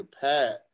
Pat